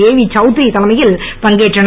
AV Chowdhury தலைமையில் பங்கேற்றனர்